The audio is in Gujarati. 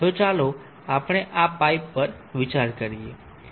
તો ચાલો આપણે પાઇપ પર વિચાર કરીએ